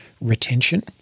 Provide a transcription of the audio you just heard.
retention